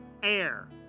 Air